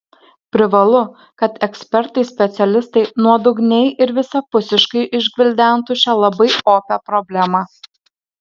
privalu kad ekspertai specialistai nuodugniai ir visapusiškai išgvildentų šią labai opią problemą